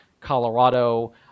Colorado